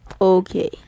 Okay